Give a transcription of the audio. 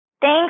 Thanks